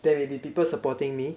there may be people supporting me